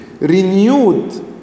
renewed